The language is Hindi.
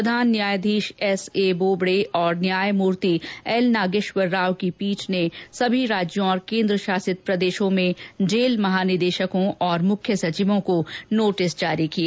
प्रधान न्यायाधीश एस ए बोबडे और न्यायमर्ति एल नागेश्वर राव की पीठ ने सभी राज्यों और केन्द्र शासित प्रदेशों में जेल महानिदेशकों और मुख्य सचिवों को नोटिस जारी किए